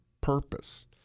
purpose